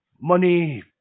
money